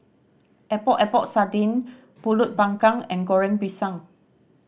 Epok Epok Sardin Pulut Panggang and Goreng Pisang